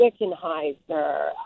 Wickenheiser